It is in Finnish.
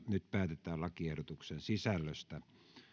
nyt päätetään lakiehdotuksen sisällöstä